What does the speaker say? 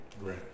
right